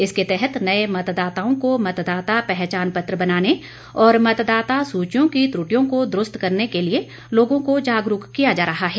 इसके तहत नए मतदाताओं को मतदाता पहचान पत्र बनाने और मतदाता सूचियों की त्रुटियों को दरूस्त करने के लिए लोगों को जागरूक किया जा रहा है